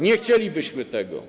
Nie chcielibyśmy tego.